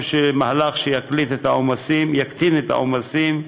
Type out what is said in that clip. מהלך שיקטין את העומסים,